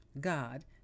god